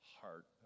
heart